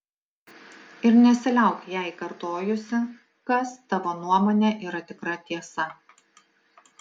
ir nesiliauk jai kartojusi kas tavo nuomone yra tikra tiesa